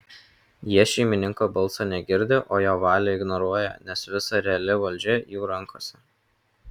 jie šeimininko balso negirdi o jo valią ignoruoja nes visa reali valdžia jų rankose